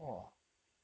eight hours